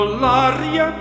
l'aria